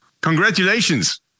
Congratulations